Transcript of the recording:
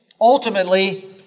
ultimately